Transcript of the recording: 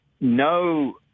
no